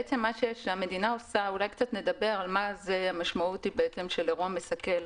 בעצם מה שהמדינה עושה אולי נדבר על מה היא המשמעות של אירוע מסכל.